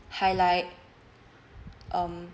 highlight um